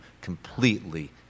completely